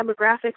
demographics